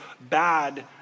bad